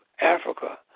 Africa